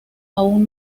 aún